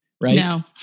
Right